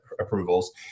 approvals